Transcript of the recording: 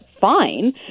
fine